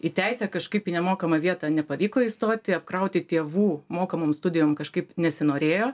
į teisę kažkaip į nemokamą vietą nepavyko įstoti apkrauti tėvų mokamom studijom kažkaip nesinorėjo